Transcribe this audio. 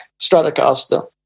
Stratocaster